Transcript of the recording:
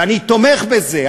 ואני תומך בזה,